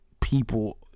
people